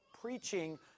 preaching